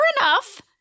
enough